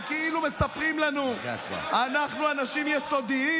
הם כאילו מספרים לנו: אנחנו אנשים יסודיים.